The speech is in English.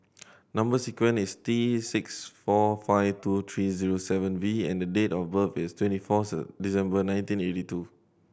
number sequence is T six four five two three zero seven V and date of birth is twenty four December nineteen eighty two